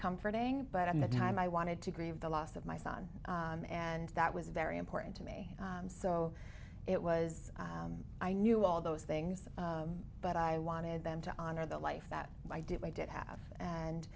comforting but at the time i wanted to grieve the loss of my son and that was very important to me so it was i knew all those things but i wanted them to honor the life that i did i did have